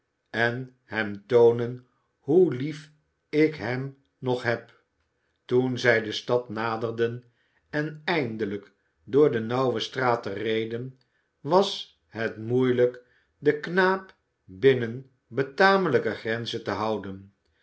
en hem toonen hoe lief ik hem nog heb toen zij de stad naderden en eindelijk door de nauwe straten reden was het moeielijk den knaap binnen betamelijke grenzen te houden